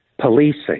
policing